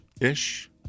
Ish